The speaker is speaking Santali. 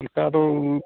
ᱚᱱᱠᱟ ᱫᱚ